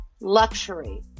luxury